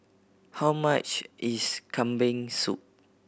how much is Kambing Soup